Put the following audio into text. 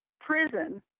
prison